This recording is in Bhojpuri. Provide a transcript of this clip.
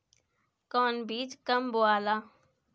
कौन बीज कब बोआला?